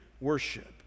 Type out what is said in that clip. worship